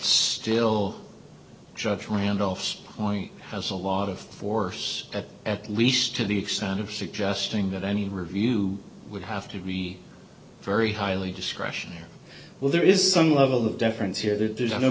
still judge randolph's point has a lot of force that at least to the extent of suggesting that any review would have to be very highly discretion well there is some level of deference here that there's no